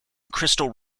crystal